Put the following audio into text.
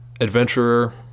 adventurer